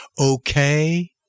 okay